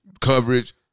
coverage